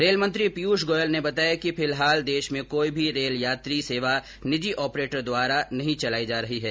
rail मंत्री पीयूष गोयल ने बताया कि फिलहाल देश में कोई भी रेल यात्री सेवा निजी ऑपरेटरों द्वारा नहीं चलाई जा रही है